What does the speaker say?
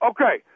Okay